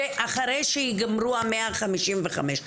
ואחרי שייגמרו המאה חמישים וחמש,